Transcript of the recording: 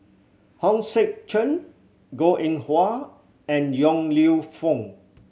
Hong Sek Chern Goh Eng Wah and Yong Lew Foong